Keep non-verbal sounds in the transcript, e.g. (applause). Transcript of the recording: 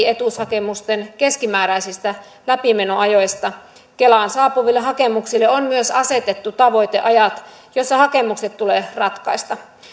(unintelligible) etuushakemusten keskimääräisistä läpimenoajoista kelaan saapuville hakemuksille on myös asetettu tavoiteajat joissa hakemukset tulee ratkaista